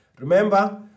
Remember